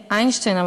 איינשטיין,